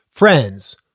Friends